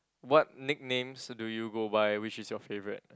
what nicknames do you go by which is your favourite